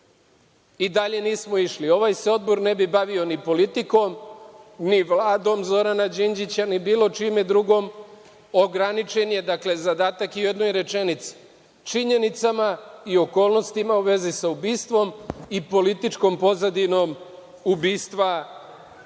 I dalje nismo išli. Ovaj se odbor ne bi bavio ni politikom, ni Vladom Zorana Đinđića, ni bilo čime drugim. Dakle, ograničen je zadatak u jednoj rečenici, činjenicama i okolnostima u vezi sa ubistvom i političkom pozadinom ubistva Zorana